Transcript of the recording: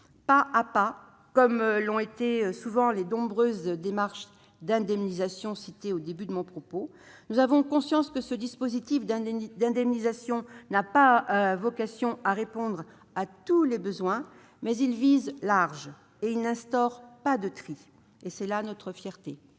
pas à pas, comme cela a souvent été le cas pour les démarches d'indemnisation que j'ai citées au début de mon propos. Nous avons conscience que ce dispositif n'a pas vocation à répondre à tous les besoins, mais il vise large et n'instaure pas de tri : c'est là notre fierté.